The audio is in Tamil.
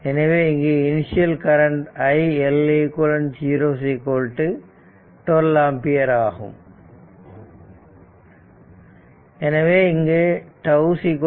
எனவே இங்கு இனிஷியல் கரண்ட் iLeq 0 12 ஆம்பியர் ஆகும் எனவே இங்கு τ 0